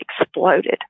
exploded